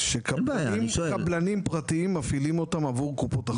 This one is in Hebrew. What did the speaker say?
שקבלנים פרטיים מפעילים אותם עבור קופות החולים.